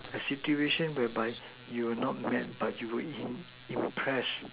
a situation whereby you were not mad but you were impressed